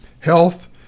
health